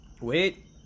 Wait